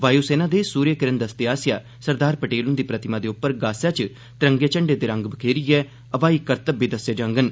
वायु सेना दे सूर्य किरण दस्ते आसेआ सरदार पटेल हुंदी प्रतिमा दे उप्पर गासै च तिरंगे झंडे दे रंग बखेरियै ब्हाई करतब बी कीते जाड़न